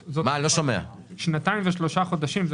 זה שנתיים ושלושה חודשים.